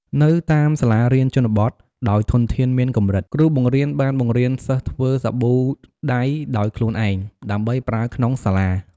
នៅតាមសាលារៀនជនបទ ដោយធនធានមានកម្រិត គ្រូបង្រៀនបានបង្រៀនសិស្សធ្វើសាប៊ូដៃដោយខ្លួនឯង ដើម្បីប្រើក្នុងសាលា។